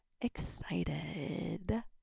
excited